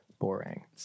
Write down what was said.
Boring